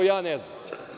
Ja ne znam.